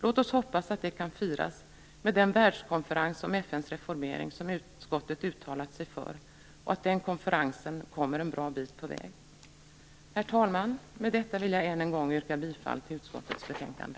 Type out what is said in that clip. Låt oss hoppas att det kan firas med den världskonferens om FN:s reformering som utskottet uttalat sig för och att den konferensen kommer en bra bit på väg. Herr talman! Med detta vill jag än en gång yrka bifall till hemställan i utskottets betänkande.